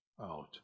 out